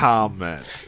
Comment